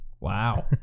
Wow